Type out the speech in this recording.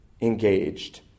engaged